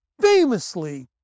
famously